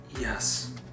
Yes